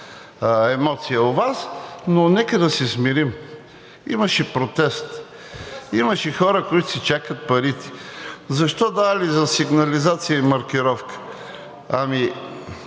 емоция у Вас, но нека да се смирим. Имаше протест, имаше хора, които си чакат парите. Защо давали за сигнализация и маркировка? Ами